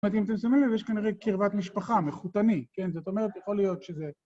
זאת אומרת, אם אתם שמים לב, יש כנראה קרבת משפחה, מחותני, כן? זאת אומרת, יכול להיות שזה...